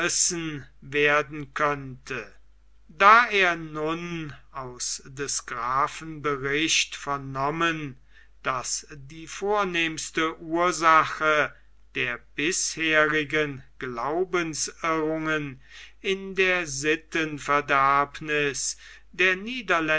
werden könnte da er nun aus des grafen bericht vernommen daß die vornehmste ursache der bisherigen glaubensirrungen in der sittenverderbniß der